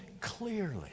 clearly